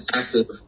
active